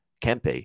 kempe